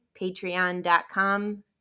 patreon.com